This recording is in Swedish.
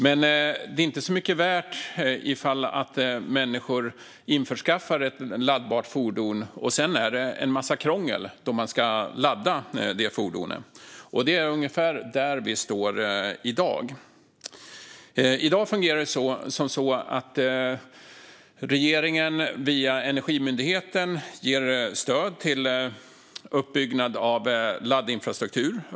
Men det är inte så mycket värt för människor att införskaffa ett laddbart fordon om det sedan är en massa krångel när man ska ladda fordonet. Det är ungefär där vi står i dag. I dag fungerar det så att regeringen via Energimyndigheten ger stöd till uppbyggnad av laddinfrastruktur.